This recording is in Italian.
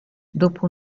dopo